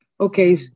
Okay